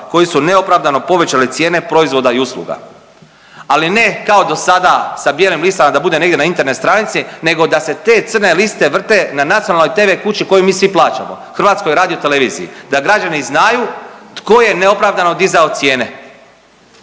koji su neopravdano povećali cijene proizvoda i usluga, ali ne kao do sada sa bijelim listama da bude negdje na Internet stranici nego da se te crne liste vrte na nacionalnoj tv kući koju mi svi plaćamo, HRT-u, da građani znaju tko je neopravdano dizao cijene.